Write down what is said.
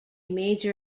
major